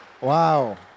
Wow